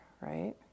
right